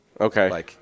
Okay